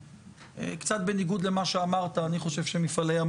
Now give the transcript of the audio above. קצת בניגוד למה שאמרת אני חושב שמפעלי ים